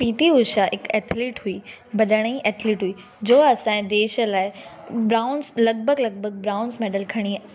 PT Usha हिकु athlete हुई भॼण जी एथिलीट हुई जो असांजे देश लाइ ब्राउंस लॻभॻि लॻभॻि ब्राउंस मेडल्स खणी